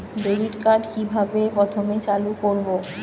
Debit card কিভাবে প্রথমে চালু করব?